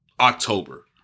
October